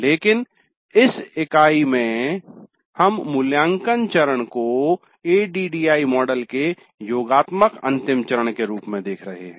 लेकिन इस इकाई में हम मूल्यांकन चरण को एडीडीआईई मॉडल के योगात्मक अंतिम चरण के रूप में देख रहे हैं